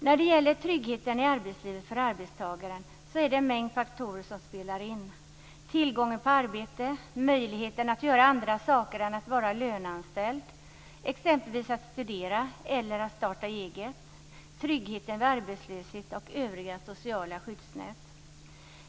När det gäller tryggheten för arbetstagaren är det en mängd faktorer som spelar in: tillgången på arbete, möjligheten att göra andra saker än att vara löneanställd - t.ex. studera eller starta eget - tryggheten vid arbetslöshet och övriga sociala skyddsnät.